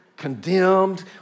Condemned